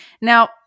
Now